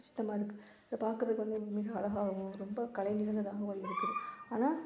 இருக்குது இதை பார்க்குறதுக்கு வந்து மிக அழகாவும் இருக்கும் ரொம்ப கலை மிகுந்ததாகவும் இருக்குது ஆனால்